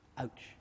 Ouch